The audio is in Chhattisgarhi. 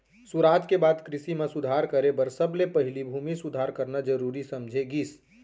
सुराज के बाद कृसि म सुधार करे बर सबले पहिली भूमि सुधार करना जरूरी समझे गिस